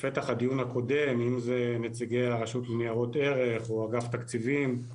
בפתח הדיון הקודם אם זה נציגי הרשות לניירות ערך או אגף התקציבים,